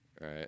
right